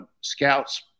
scouts